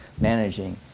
managing